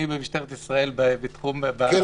במשטרת ישראל בתחום --- הוא לא מהמגזר.